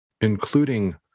including